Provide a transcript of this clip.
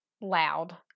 loud